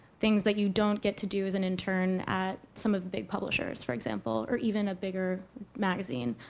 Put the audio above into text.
things like you don't get to do as an intern at some of the big publishers, for example, or even a bigger magazine,